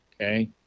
Okay